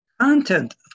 Content